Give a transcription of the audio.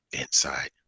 Inside